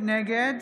נגד